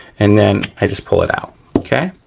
and then i just pull it out. okay,